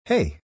Hey